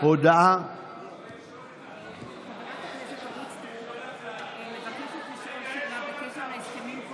לפני שאני מאפשר לחבר הכנסת נתניהו,